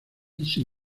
sin